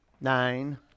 nine